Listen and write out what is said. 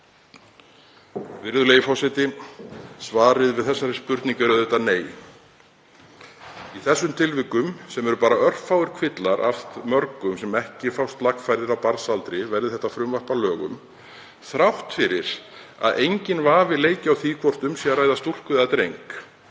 Virðulegi forseti. Svarið við þessari spurningu er auðvitað nei. Þetta eru bara örfáir kvillar af mörgum sem ekki fást lagfærðir á barnsaldri, verði þetta frumvarp að lögum, þrátt fyrir að enginn vafi leiki á því hvort um er að ræða stúlku eða dreng.